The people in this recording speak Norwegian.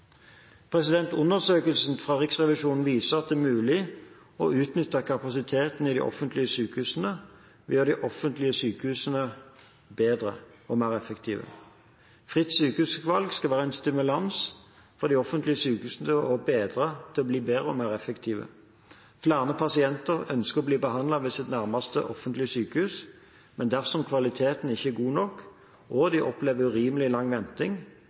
Undersøkelsen fra Riksrevisjonen viser at det er mulig å utnytte kapasiteten i de offentlige sykehusene ved å gjøre de offentlige sykehusene bedre og mer effektive. Fritt sykehusvalg skal være en stimulans for de offentlige sykehusene til å bli bedre og mer effektive. Flere pasienter ønsker å bli behandlet ved sitt nærmeste offentlige sykehus, men dersom kvaliteten ikke er god nok og de opplever urimelig lang venting,